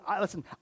listen